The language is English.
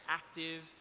active